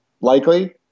likely